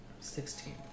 Sixteen